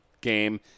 game